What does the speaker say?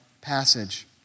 passage